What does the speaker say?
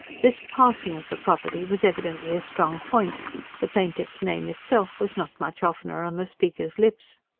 this passing of the property was evidently a strong point the plaintiff's name itself was not much oftener on the speaker's lips.